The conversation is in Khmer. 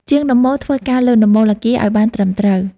ជាងដំបូលធ្វើការលើដំបូលអគារឱ្យបានត្រឹមត្រូវ។